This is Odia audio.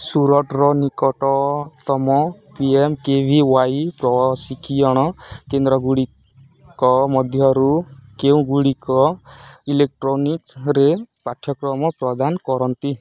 ସୁରଟର ନିକଟତମ P M K V Y ପ୍ରଶିକ୍ଷଣ କେନ୍ଦ୍ର ଗୁଡ଼ିକ ମଧ୍ୟରୁ କେଉଁ ଗୁଡ଼ିକ ଇଲେକ୍ଟ୍ରୋନିକ୍ସରେ ପାଠ୍ୟକ୍ରମ ପ୍ରଦାନ କରନ୍ତି